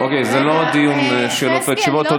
זה לא דיון שאלות ותשובות.